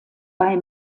bei